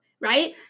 right